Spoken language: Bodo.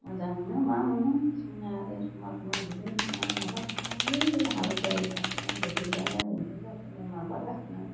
मोजां मोनो मा मोनो जोंना आरो जमा जमा दुगैनो थांनाय माबा थांनाय होइ बे हाबि जाबि गाखोनाय बैग्रि जानाय दंफां गाखोनाय माबा गाखोनाय